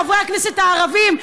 חברי הכנסת הערבים,